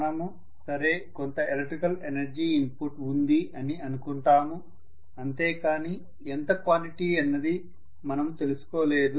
మనము సరే కొంత ఎలక్ట్రికల్ ఎనర్జీ ఇన్పుట్ ఉంది అని అనుకుంటాము అంతే కానీ ఎంత క్వాంటిటీ అన్నది మనము తెలుసుకోలేదు